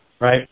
right